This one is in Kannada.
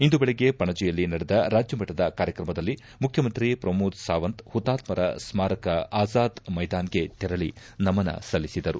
ಇಂದು ಬೆಳಿಗ್ಗೆ ಪಣಜಿಯಲ್ಲಿ ನಡೆದ ರಾಜ್ಜಮಟ್ಟದ ಕಾರ್ಯಕ್ರಮದಲ್ಲಿ ಮುಖ್ಚಮಂತ್ರಿ ಪ್ರಮೋದ್ ಸಾವಂತ್ ಹುತಾತ್ಸರ ಸ್ಕಾರಕ ಅಜಾದ್ ಮೈದಾನಗೆ ತೆರಳಿ ನಮನ ಸಲ್ಲಿಸಿದರು